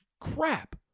crap